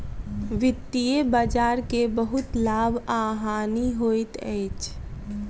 वित्तीय बजार के बहुत लाभ आ हानि होइत अछि